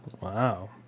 Wow